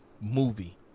movie